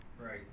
Right